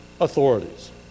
authorities